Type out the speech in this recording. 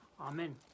Amen